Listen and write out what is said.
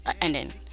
ending